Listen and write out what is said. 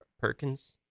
Perkins